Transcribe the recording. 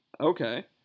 Okay